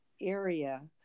area